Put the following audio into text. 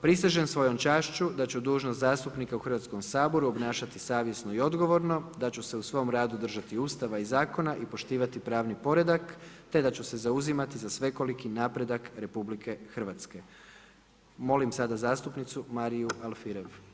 Prisežem svojom čašću da ću dužnost zastupnika u Hrvatskom saboru obnašati savjesno i odgovorno, da ću se u svom radu držati Ustava i zakona i poštivati pravni predak te da ću se zauzimati za svekoliki napredak RH.“ Molim sada zastupnicu Mariju Alfirev.